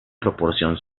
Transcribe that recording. proporción